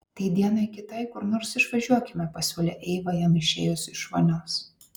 tai dienai kitai kur nors išvažiuokime pasiūlė eiva jam išėjus iš vonios